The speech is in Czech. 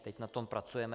Teď na tom pracujeme.